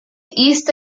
east